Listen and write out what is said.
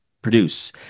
produce